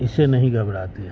اس سے نہیں گھبراتے ہیں